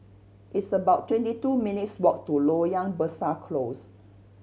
it's about twenty two minutes' walk to Loyang Besar Close